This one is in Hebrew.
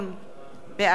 אברהם מיכאלי,